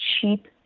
cheap